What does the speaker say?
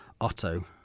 Otto